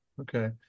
Okay